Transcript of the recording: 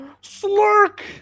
Slurk